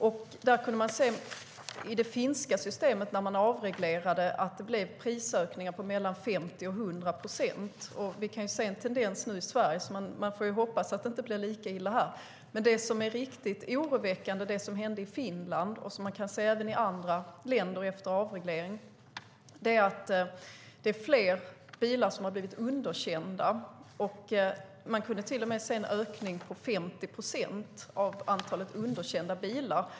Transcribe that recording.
I det finska systemet kunde man se när man avreglerade att det blev prisökningar på mellan 50 och 100 procent. Vi kan se den tendensen i Sverige nu; vi får hoppas att det inte blir lika illa här. Det som är riktigt oroväckande är det som hände i Finland och som man kan se även i andra länder efter avreglering: Det är fler bilar som har blivit underkända. Man kan till och med se en ökning på 50 procent av antalet underkända bilar.